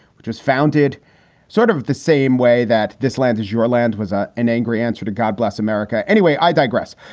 which was founded sort of the same way that this land is your land was ah an angry answer to god bless america. anyway, i digress.